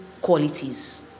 qualities